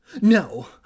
No